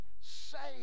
saved